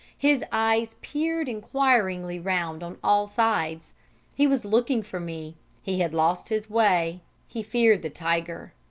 his eyes peered enquiringly round on all sides he was looking for me he had lost his way he feared the tiger.